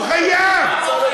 הוא חייב.